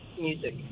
music